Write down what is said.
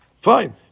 Fine